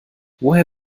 woher